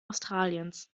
australiens